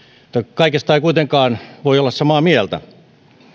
kaikesta ei kuitenkaan voi olla samaa mieltä